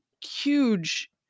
huge